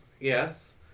yes